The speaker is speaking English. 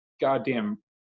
goddamn